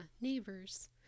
neighbors